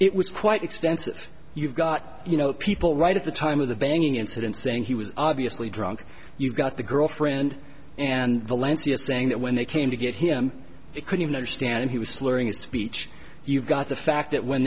it was quite extensive you've got you know people right at the time of the banging incident saying he was obviously drunk you've got the girlfriend and valencia saying that when they came to get him he couldn't understand he was slurring his speech you've got the fact that when